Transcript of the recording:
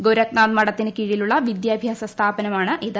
ഗൊരഖ്നാഥ് മഠത്തിന് കീഴിലുള്ള വിദ്യാഭ്യാസ സ്ഥാപ്നമാണ് ഇത്